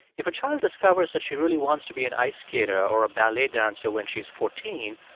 if a child discovers that she really wants to be an ice skater or a ballet dancer when she's fourteen,